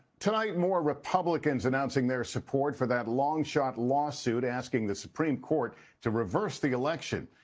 tonight more republicans announcing their support for that long shot lawsuit asking the supreme court to reverse the election.